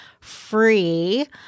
free